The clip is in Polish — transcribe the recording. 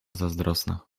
zazdrosna